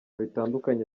bitandukanye